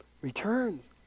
returns